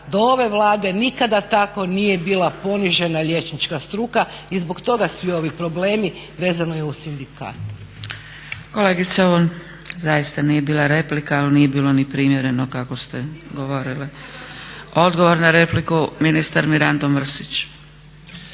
do ove Vlade nikada nije tako bila ponižena liječnička struka i zbog svega svi ovi problemi vezano i uz sindikat. **Zgrebec, Dragica (SDP)** Kolegice ovo zaista nije bila replika, ali nije bilo ni primjereno kako ste govorili. Odgovor na repliku ministar Mirando Mrsić.